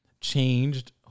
changed